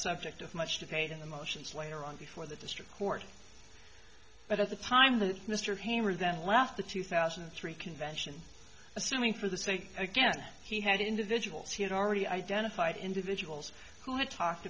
subject of much debate in the motions later on before the district court but at the time that mr hammer that laughed the two thousand and three convention assuming for the sake again he had individuals he had already identified individuals who had talked